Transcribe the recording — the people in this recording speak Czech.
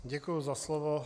Děkuji za slovo.